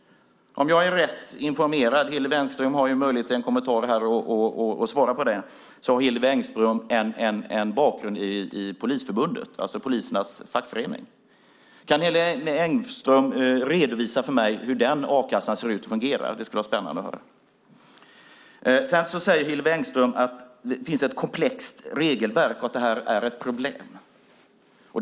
Om jag är rätt informerad - Hillevi Engström har ju möjlighet att kommentera det - har Hillevi Engström en bakgrund i Polisförbundet, det vill säga polisernas fackförening. Kan Hillevi Engström redovisa för mig hur den a-kassan ser ut och fungerar? Det skulle vara spännande att höra. Hillevi Engström säger att det finns ett komplext regelverk och att det är ett problem.